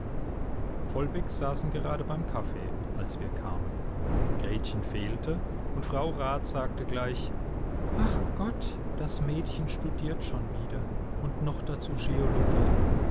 vollbecks saßen gerade beim kaffee als wir kamen gretchen fehlte und frau rat sagte gleich ach gott das mädchen studiert schon wieder und noch dazu scheologie